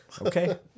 Okay